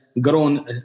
grown